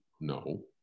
no